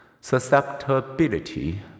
susceptibility